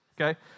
okay